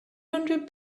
hundred